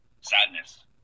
sadness